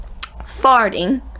farting